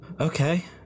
Okay